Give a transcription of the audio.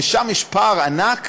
ושם יש פער ענק